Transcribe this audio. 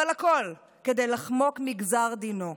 אבל הכול, כדי לחמוק מגזר דינו.